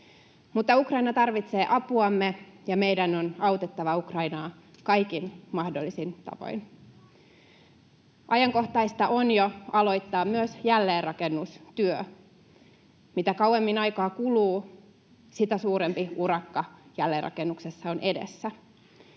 Mutta Ukraina tarvitsee apuamme, ja meidän on autettava Ukrainaa kaikin mahdollisin tavoin. Ajankohtaista on jo aloittaa myös jälleenrakennustyö. Mitä kauemmin aikaa kuluu, sitä suurempi urakka jälleenrakennuksessa on edessä.